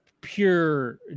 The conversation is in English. pure